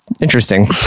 interesting